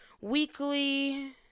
weekly